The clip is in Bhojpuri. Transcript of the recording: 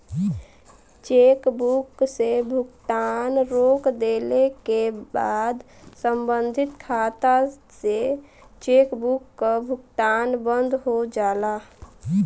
चेकबुक से भुगतान रोक देले क बाद सम्बंधित खाता से चेकबुक क भुगतान बंद हो जाला